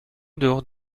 dehors